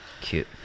cute